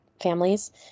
families